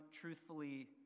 truthfully